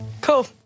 Cool